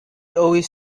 always